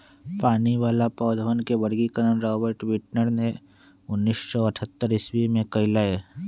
पानी वाला पौधवन के वर्गीकरण रॉबर्ट विटकर ने उन्नीस सौ अथतर ईसवी में कइलय